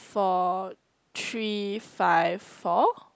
four three five four